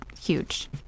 huge